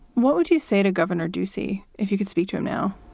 what would you say to governor ducey if you could speak to him now?